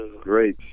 Great